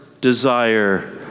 desire